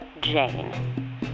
Jane